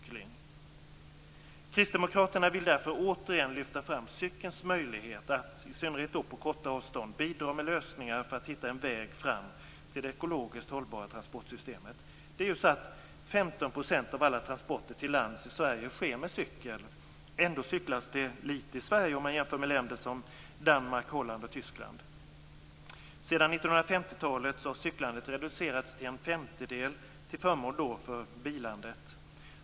Kristdemokraterna vill därför återigen lyfta fram cykelns möjlighet att, i synnerhet på korta avstånd, bidra med lösningar för att hitta en väg fram till det ekologiskt hållbara transportsystemet. 15 % av alla transporter till lands i Sverige sker med cykel, och ändå cyklas det lite i Sverige om man jämför med länder som Danmark, Holland och Tyskland. Sedan 1950-talet har cyklandet reducerats till en femtedel, till förmån för bilandet.